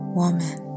woman